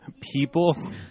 People